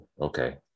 Okay